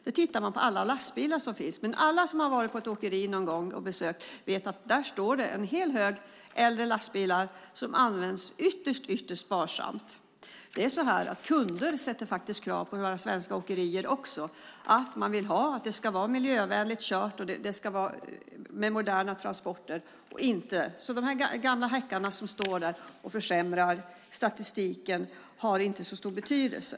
Den tittar på alla lastbilar som finns, men alla som varit på besök på ett åkeri någon gång vet att det där står en hel hög äldre lastbilar som används ytterst sparsamt. Det är faktiskt så att också kunder ställer krav på våra svenska åkerier. De vill att det ska vara miljövänligt kört och att det ska vara moderna transporter. De gamla häckarna som står där och försämrar statistiken har alltså inte så stor betydelse.